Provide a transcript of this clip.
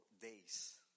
days